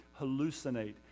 hallucinate